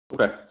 Okay